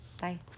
Bye